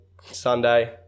Sunday